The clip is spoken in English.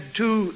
two